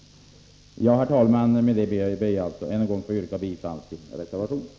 Herr talman! Med detta ber jag än en gång att få yrka bifall till denna reservation.